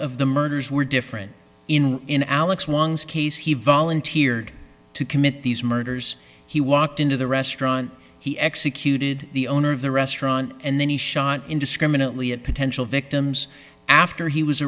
of the murders were different in alex was case he volunteered to commit these murders he walked into the restaurant he executed the owner of the restaurant and then he shot indiscriminately at potential victims after he was